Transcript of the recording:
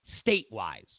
state-wise